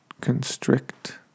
constrict